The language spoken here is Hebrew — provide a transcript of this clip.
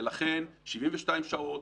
ולכן, 72 שעות,